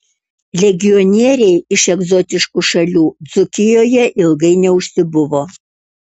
legionieriai iš egzotiškų šalių dzūkijoje ilgai neužsibuvo